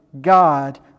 God